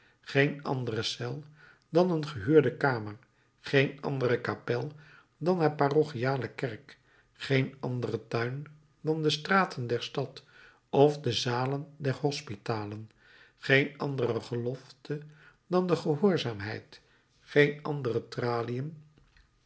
geen andere cel dan een gehuurde kamer geen andere kapel dan haar parochiale kerk geen anderen tuin dan de straten der stad of de zalen der hospitalen geen andere gelofte dan de gehoorzaamheid geen andere traliën